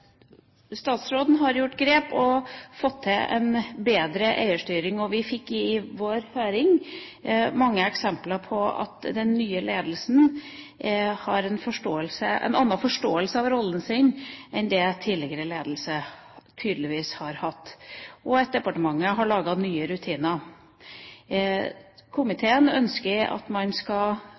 Statsråden har gjort grep og fått til en bedre eierstyring. Vi fikk under vår høring mange eksempler på at den nye ledelsen har en annen forståelse av rollen sin enn det tidligere ledelse tydeligvis har hatt, og at departementet har laget nye rutiner. Komiteen ønsker at man skal